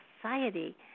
society